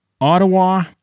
Ottawa